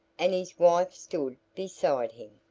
and his wife stood beside him.